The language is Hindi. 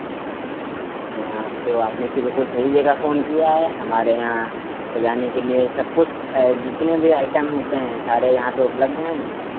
हाँ तो आपने बिल्कुल सही जगह फोन किया है हमारे यहाँ सजाने के लिए सब कुछ जितने भी आइटम होते हैं सारे यहाँ पे उपलब्ध हैं